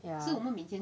ya